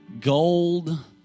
gold